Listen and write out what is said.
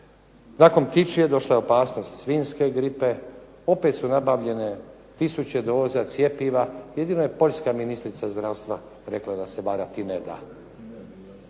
Nakon ptičje došla je opasnost svinjske gripe. Opet su nabavljene tisuće doza cjepiva, jedino je poljska ministrica zdravstva rekla da se varati neda